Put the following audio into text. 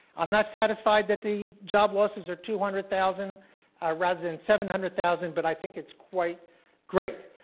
i'm not satisfied that the job losses are two hundred thousand ah rather than seven hundred thousand, but i think it's quite great.